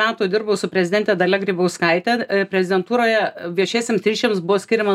metų dirbau su prezidente dalia grybauskaite prezidentūroje viešiesiems ryšiams buvo skiriama